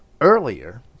earlier